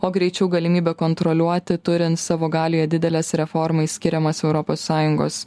o greičiau galimybė kontroliuoti turint savo galioje dideles reformai skiriamas europos sąjungos